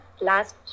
last